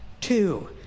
two